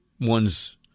ones